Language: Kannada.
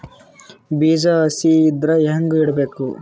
ಬೀಜ ಹಸಿ ಇದ್ರ ಹ್ಯಾಂಗ್ ಇಡಬೇಕು?